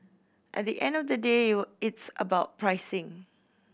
at the end of the day it's about pricing